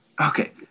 Okay